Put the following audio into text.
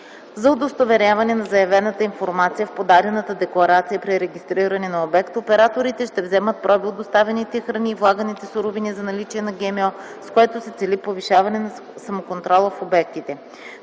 За удостоверяване на заявената информация в подадената декларация при регистриране на обект, операторите ще вземат проби от доставените храни и влаганите суровини за наличие на ГМО, с което се цели повишаване на самоконтрола в обектите.